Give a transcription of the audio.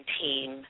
team